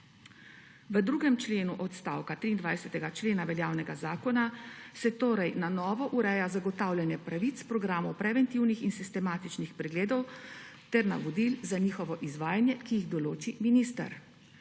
V drugem členu odstavka 23. člena veljavnega zakona se torej na novo ureja zagotavljanje pravic iz programov preventivnih in sistematičnih pregledov ter navodil za njihovo izvajanje, ki jih določi minister.